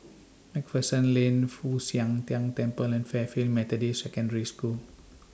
MacPherson Lane Fu Xi Tang Temple and Fairfield Methodist Secondary School